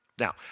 Now